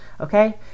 okay